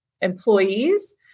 employees